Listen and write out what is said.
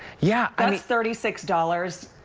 yeah i mean thirty six dollars.